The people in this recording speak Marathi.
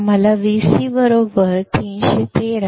आम्हाला Vc 313